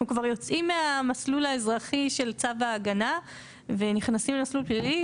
יוצאים מהמסלול האזרחי של צו ההגנה ונכנסים למסלול פלילי.